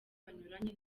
banyuranye